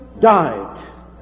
died